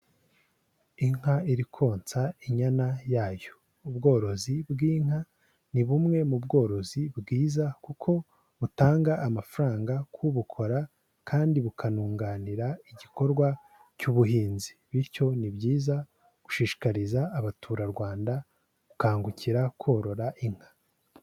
Inka iri konsa inyana yayo, ubworozi bw'inka ni bumwe mu bworozi bwiza, kuko butanga amafaranga ku bukora, kandi bukanunganira igikorwa cy'ubuhinzi, bityo ni byiza gushishikariza Abaturarwanda gukangukira korora inka.